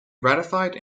ratified